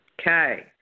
Okay